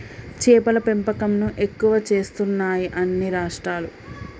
చేపల పెంపకం ను ఎక్కువ చేస్తున్నాయి అన్ని రాష్ట్రాలు